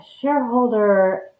Shareholder